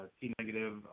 T-negative